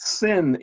sin